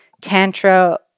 tantra